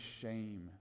shame